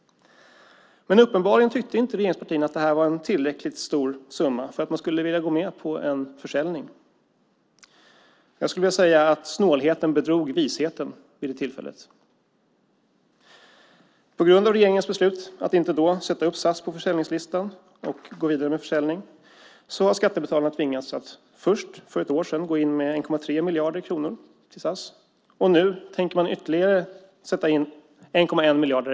Men uppenbarligen tyckte inte regeringspartierna att det här var en tillräckligt stor summa för att man skulle vilja gå med på en försäljning. Jag skulle vilja säga att snålheten bedrog visheten vid det tillfället. På grund av regeringens beslut att inte då sätta upp SAS på försäljningslistan och gå vidare med en försäljning har skattebetalarna tvingats att först för ett år sedan gå in med 1,3 miljarder kronor till SAS, och nu tänker man sätta in ytterligare 1,1 miljard.